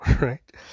right